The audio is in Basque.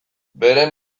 beren